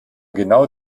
genau